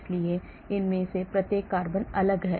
इसलिए इनमें से प्रत्येक कार्बन अलग है